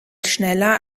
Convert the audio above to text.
schneller